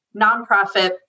nonprofit